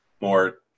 more